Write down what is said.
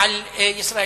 על ישראל.